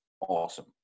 awesome